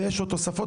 ויש עוד תוספות.